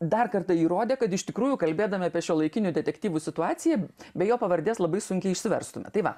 dar kartą įrodė kad iš tikrųjų kalbėdami apie šiuolaikinių detektyvų situaciją be jo pavardės labai sunkiai išsiverstume tai va